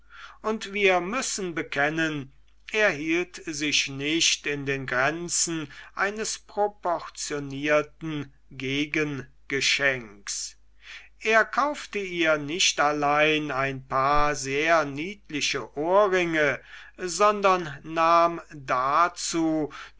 und wir müssen bekennen er hielt sich nicht in den grenzen eines proportionierten gegengeschenks er kaufte ihr nicht allein ein paar sehr niedliche ohrringe sondern nahm dazu